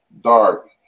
dark